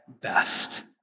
best